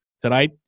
Tonight